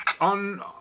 on